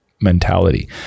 mentality